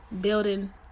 building